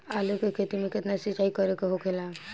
आलू के खेती में केतना सिंचाई करे के होखेला?